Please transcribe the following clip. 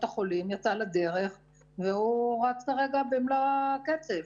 החולים יצא לדרך והוא רץ כרגע במלוא הקצב,